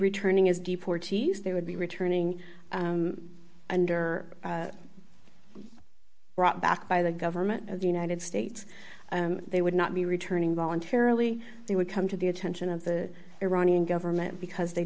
returning is deportees they would be returning under brought back by the government of the united states they would not be returning voluntarily they would come to the attention of the iranian government because they